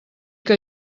que